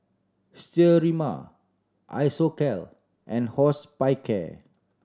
Sterimar Isocal and Hospicare